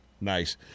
Nice